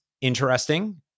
interesting